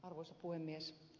arvoisa puhemies